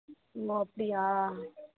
ஓ அப்படியா